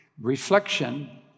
Reflection